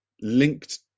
linked